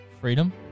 Freedom